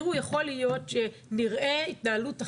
יכול להיות שנראה התנהלות אחרת,